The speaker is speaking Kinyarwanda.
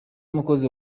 umukozi